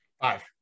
Five